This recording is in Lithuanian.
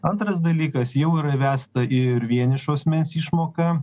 antras dalykas jau yra įvesta ir vienišo asmens išmoka